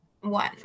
one